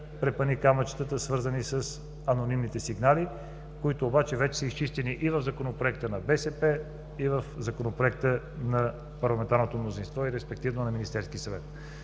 препъни камъчетата, свързани с анонимните сигнали, които обаче вече са изчистени и в Законопроекта на БСП, и в Законопроекта на парламентарното мнозинство, респективно на Министерския съвет.